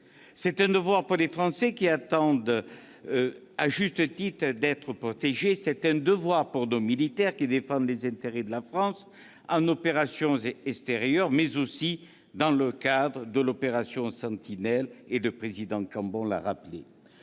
C'est un devoir pour les Français, qui attendent à juste titre d'être protégés ; c'est aussi un devoir pour nos militaires, lesquels défendent les intérêts de la France en opérations extérieures, mais aussi dans le cadre de l'opération Sentinelle- le président Cambon l'a rappelé.